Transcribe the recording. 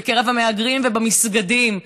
בקרב המהגרים ובמסגדים.